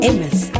Amos